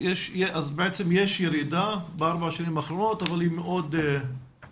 אז בעצם יש ירידה בארבע השנים האחרונות אבל היא מאוד --- נכון,